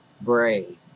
Bray